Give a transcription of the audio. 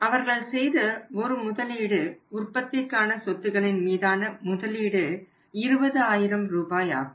அவர்கள் செய்த ஒரு முதலீடு உற்பத்திக்கான சொத்துக்களின் மீதான முதலீடு 20000 ரூபாய் ஆகும்